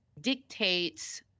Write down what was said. dictates